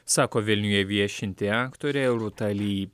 sako vilniuje viešinti aktorė rūta lee